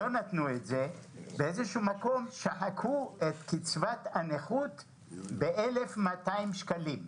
לא נתנו את זה ובאיזשהו מקום שחקו את קצבת הנכות ב-1,200 שקלים.